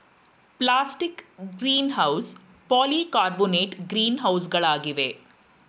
plastic greenhouse, polycarbonate green ಹೌಸ್ಗಳಿವೆ